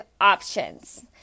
options